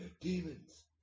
Demons